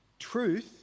Truth